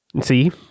see